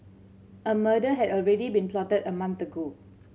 a murder had already been plotted a month ago